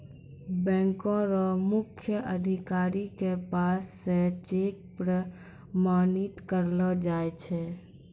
बैंको र मुख्य अधिकारी के पास स चेक प्रमाणित करैलो जाय छै